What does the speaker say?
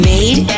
Made